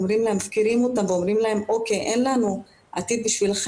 אנחנו מפקירים אותם ואומרים להם 'אין לנו עתיד בשבילכם